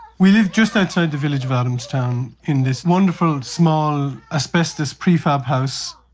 we lived just outside the village of adamstown in this wonderful, small, asbestos prefab house.